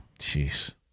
Jeez